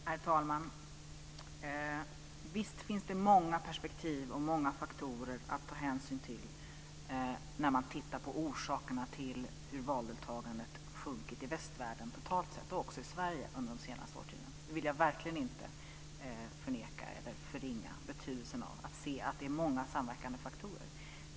Herr talman! Visst finns det många perspektiv och många faktorer att ta hänsyn till när man tittar på orsakerna till att valdeltagandet sjunkit i västvärlden totalt sett och också i Sverige under de senaste årtiondena. Det vill jag verkligen inte förneka. Jag vill inte förringa betydelsen av att se att det är många samverkande faktorer.